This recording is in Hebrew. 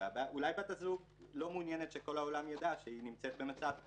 אולי בת הזוג לא מעוניינת שכל העולם יידע שהיא נמצאת במצב כזה.